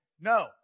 No